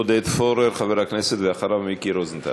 עודד פורר, חבר הכנסת, אחריו, מיקי רוזנטל.